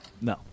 No